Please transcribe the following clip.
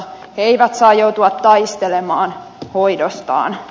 he eivät saa joutua taistelemaan hoidostaan